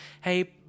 hey